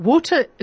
Water